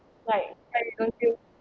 like